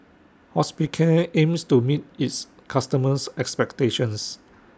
Hospicare aims to meet its customers' expectations